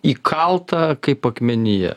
įkalta kaip akmenyje